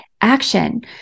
action